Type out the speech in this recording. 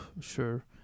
sure